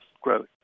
growth